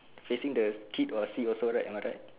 facing the kid or sea also right am I right